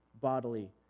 bodily